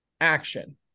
action